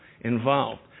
involved